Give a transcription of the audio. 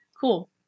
Cool